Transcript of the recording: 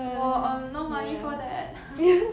我 um no money for that